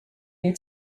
you